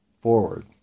forward